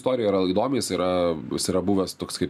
istorija yra įdomi jis yra jis yra buvęs toks kaip